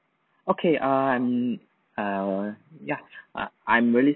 okay err I'm err ya err I'm really